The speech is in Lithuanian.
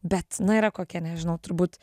bet na yra kokie nežinau turbūt